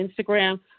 Instagram